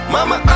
Mama